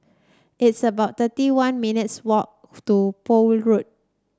it's about thirty one minutes walk to Poole Road